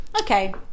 Okay